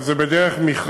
אבל זה בדרך מכרזית,